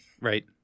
Right